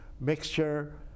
mixture